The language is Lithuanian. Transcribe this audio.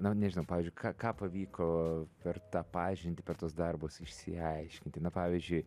na nežinau pavyzdžiui ką pavyko per tą pažintį per tuos darbus išsiaiškinti na pavyzdžiui